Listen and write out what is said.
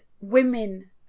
women